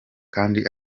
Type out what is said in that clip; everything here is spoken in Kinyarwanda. kandi